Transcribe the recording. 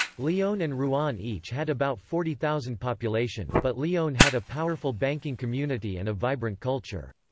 lyon and rouen each had about forty thousand population, but lyon had a powerful banking community and a vibrant culture.